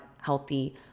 healthy